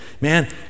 Man